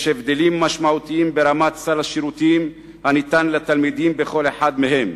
יש הבדלים משמעותיים ברמת סל השירותים הניתן לתלמידים בכל אחד מהם,